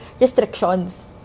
restrictions